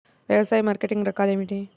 వ్యవసాయ మార్కెటింగ్ రకాలు ఏమిటి?